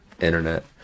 Internet